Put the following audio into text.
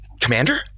commander